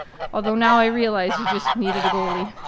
although now i realize you just needed a goalie.